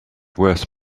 worth